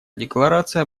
декларация